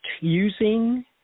using